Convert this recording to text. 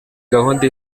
gahunda